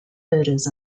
herders